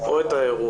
או את האירוע.